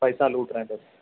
پیسہ لوٹ رہے ہیں بس